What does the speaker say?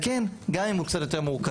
וכן, גם אם הוא קצת יותר מורכב.